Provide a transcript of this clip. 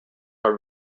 are